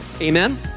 Amen